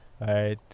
right